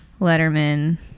Letterman